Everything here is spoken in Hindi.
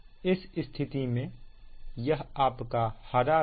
इस स्थिति में यह आपका हरा रंग है